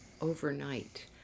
overnight